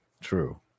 true